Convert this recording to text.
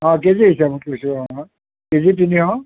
অঁ কেজি হিচাপত কৈছোঁ অঁ আপোনাক কেজি তিনিশ